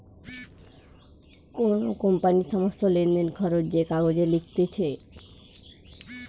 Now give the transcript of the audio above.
কোন কোম্পানির সমস্ত লেনদেন, খরচ যে কাগজে লিখতিছে